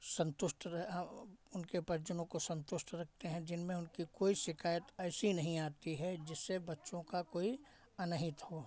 संतुष्ट रहे उनके परिजनों को संतुष्ट रखते हैं जिनमें उनकी कोई शिकायत ऐसी नहीं आती है जिससे बच्चों का कोई अनहित हो